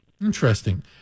Interesting